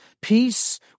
Peace